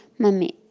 mommy,